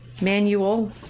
Manual